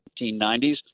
1990s